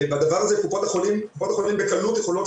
והדבר הזה קופות החולים בקלות יכולות